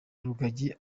rugagi